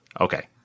Okay